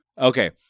Okay